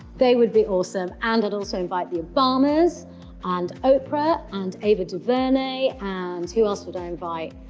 they would be awesome. and i'd also invite the obamas and oprah and ava duvernay and who else would i invite?